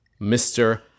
Mr